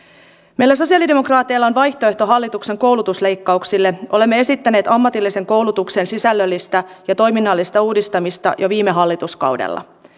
meillä sosiaalidemokraateilla on vaihtoehto hallituksen koulutusleikkauksille olemme esittäneet ammatillisen koulutuksen sisällöllistä ja toiminnallista uudistamista jo viime hallituskaudella